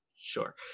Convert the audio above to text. Sure